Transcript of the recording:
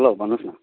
हलो भन्नुहोस् न